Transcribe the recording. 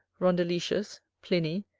rondeletius, pliny,